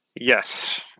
Yes